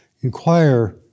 inquire